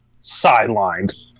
sidelined